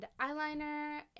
eyeliner